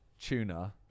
tuna